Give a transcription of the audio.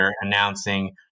announcing